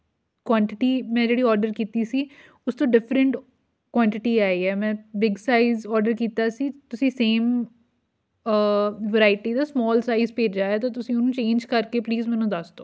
quantity ਮੈਂ ਜਿਹੜੀ order ਕੀਤੀ ਸੀ ਉਸ ਤੋਂ ਡਿਫਰੈਂਟ ਕੁਆਂਟਿਟੀ ਆਈ ਹੈ ਮੈਂ ਬਿਗ ਸਾਈਜ਼ ਔਰਡਰ ਕੀਤਾ ਸੀ ਤੁਸੀਂ ਸੇਮ ਵਰਾਇਟੀ ਦਾ ਸਮੋਲ ਸਾਈਜ਼ ਭੇਜਿਆ ਹੈ ਤਾਂ ਤੁਸੀਂ ਉਹਨੂੰ ਚੇਂਜ ਕਰਕੇ ਪਲੀਜ਼ ਮੈਨੂੰ ਦੱਸਦੋ